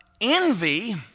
Envy